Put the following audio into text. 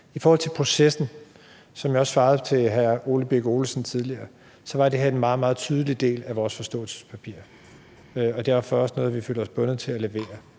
I forhold til processen var det her, som jeg også svarede hr. Ole Birk Olesen tidligere, en meget, meget tydelig del af vores forståelsespapir og derfor også noget, vi føler os bundet til at levere.